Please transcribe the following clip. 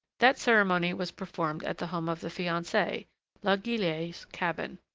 that ceremony was performed at the home of the fiancee, la guillette's cabin.